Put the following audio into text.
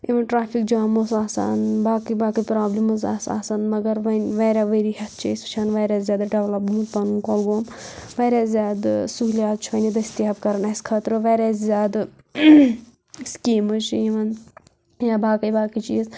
اِوٕن traffic jam اوس آسان باقٕے باقٕے پرابلِمٕز آسہٕ آسان مگر وۄنۍ واریاہ ؤری ہٮ۪تھ چھِ أسۍ وٕچھان واریاہ زیادٕ ڈیٚولَپ پَنُن کۄلگوم واریاہ زیادٕ سہوٗلِیات چھِ وۄنۍ یہِ دٔستیاب کران اَسہِ خٲطرٕ واریاہ زیادٕ سِکیٖمٕز چھِ یِوان یا باقٕے باقٕے چیٖز